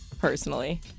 personally